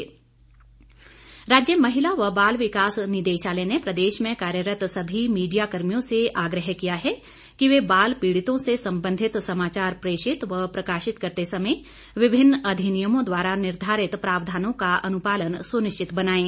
आग्रह राज्य महिला व बाल विकास निदेशालय ने प्रदेश में कार्यरत सभी मीडियाकर्मियों से आग्रह किया है कि वे बाल पीड़ितों से संबंधित समाचार प्रेषित व प्रकाशित करते समय विभिन्न अधिनियमों द्वारा निर्धारित प्रावधानों का अनुपालन सुनिश्चित बनाएं